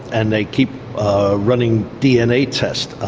and they keep running dna tests.